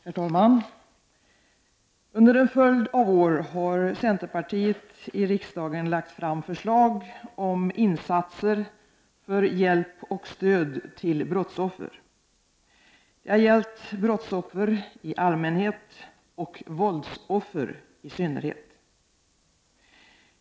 Herr talman! Under en följd av år har vi i centerpartiet här i riksdagen lagt fram förslag om insatser för hjälp och stöd till brottsoffer. Det har gällt brottsoffer i allmänhet och våldsoffer i synnerhet.